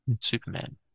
Superman